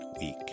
week